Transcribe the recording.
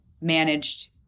managed